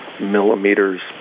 millimeters